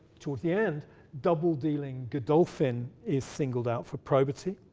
towards the end double dealing godolphin is singled out for probity,